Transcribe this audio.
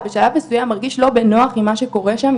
בשלב מסוים מרגיש לא בנוח עם מה שקורה שם,